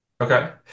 Okay